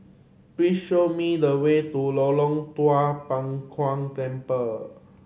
please show me the way to Tua Pek Kong Temple